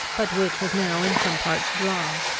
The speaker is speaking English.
but which was now in some parts dry,